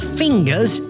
fingers